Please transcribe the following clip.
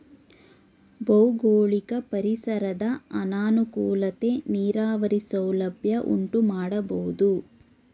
ಭೌಗೋಳಿಕ ಪರಿಸರದ ಅನಾನುಕೂಲತೆ ನೀರಾವರಿ ಸೌಲಭ್ಯ ಉಂಟುಮಾಡಬೋದು